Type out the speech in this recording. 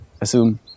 assume